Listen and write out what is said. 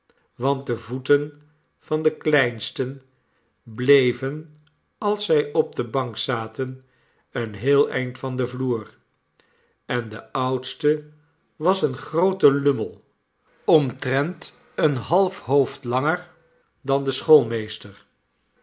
want de voeten van de kleinsten bleven als zij op de bank zaten een heel eind van den vloer en de oudste was een groote lummel omtrent een half hoofd langer dan de